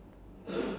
nothing